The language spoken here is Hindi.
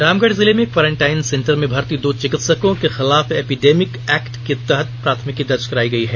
रामगढ जिले में क्वॉरेंटाइन सेंटर में भर्ती दो चिकित्सकों के खिलाफ एपिडेमिक एक्ट के तहत प्राथमिकी दर्ज करायी गयी है